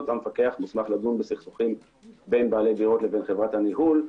המפקח מוסמך לדון בסכסוכים בין בעלי דירות לחברת הניהול.